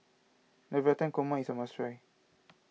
Navratan Korma is a must try